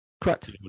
Correct